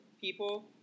people